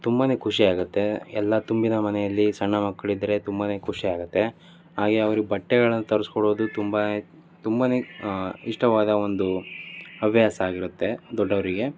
ತುಂಬಾ ಖುಷಿಯಾಗುತ್ತೆ ಎಲ್ಲ ತುಂಬಿದ ಮನೆಯಲ್ಲಿ ಸಣ್ಣ ಮಕ್ಕಳಿದ್ರೆ ತುಂಬ ಖುಷಿಯಾಗುತ್ತೆ ಹಾಗೇ ಅವ್ರಿಗೆ ಬಟ್ಟೆಗಳನ್ನು ತರಿಸ್ಕೊಡೋದು ತುಂಬ ತುಂಬಾ ಇಷ್ಟವಾದ ಒಂದು ಹವ್ಯಾಸ ಆಗಿರುತ್ತೆ ದೊಡ್ಡವರಿಗೆ